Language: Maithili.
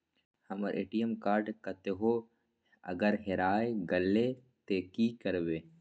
हमर ए.टी.एम कार्ड कतहो अगर हेराय गले ते की करबे?